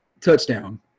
touchdown